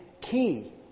key